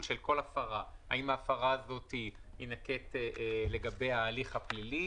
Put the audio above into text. של כל הפרה האם בהפרה הזאת יינקט ההליך הפלילי,